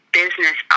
business